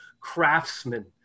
craftsmen